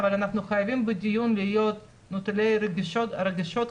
אבל אנחנו חייבים בדיון להיות נטולי רגשות כאלו.